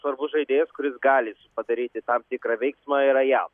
svarbus žaidėjas kuris gali padaryti tam tikrą veiksmą yra jav